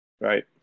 right